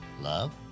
love